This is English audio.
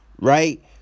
right